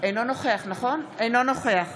אינו נוכח